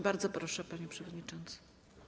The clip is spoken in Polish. Bardzo proszę, panie przewodniczący.